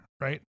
right